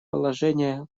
положение